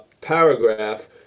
paragraph